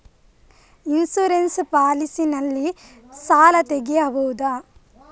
Insurance policy ನಲ್ಲಿ ಸಾಲ ತೆಗೆಯಬಹುದ?